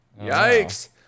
Yikes